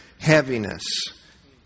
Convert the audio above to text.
Heaviness